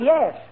yes